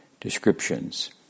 descriptions